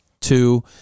two